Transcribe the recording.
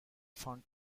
found